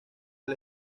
del